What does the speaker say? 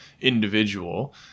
individual